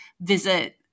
visit